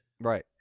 right